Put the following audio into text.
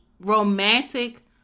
romantic